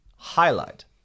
Highlight